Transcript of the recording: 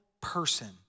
person